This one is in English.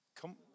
Come